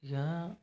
यहाँ